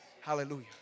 Hallelujah